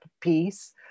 piece